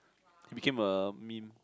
he became a meme